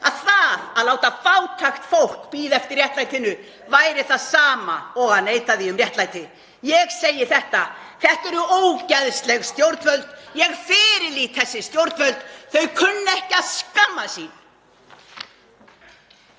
að það að láta fátækt fólk bíða eftir réttlætinu væri það sama og að neita því um réttlæti. Ég segi þetta: Þetta eru ógeðsleg stjórnvöld. Ég fyrirlít þessi stjórnvöld. Þau kunna ekki að skammast sín.